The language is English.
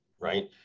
right